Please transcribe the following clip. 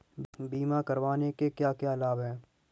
बीमा करवाने के क्या क्या लाभ हैं?